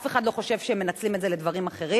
אף אחד לא חושב שהן מנצלות את זה לדברים אחרים.